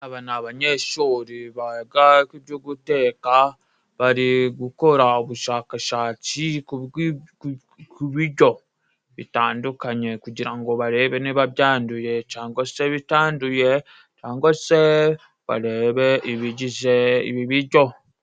Aba ni abanyeshuri biga ibyo guteka, bari gukora ubushakashatsi ku bijyo bitandukanye, kugira ngo barebe niba byanduye cangwa se bitanduye cangwa se barebe ibigize ibi bijyo.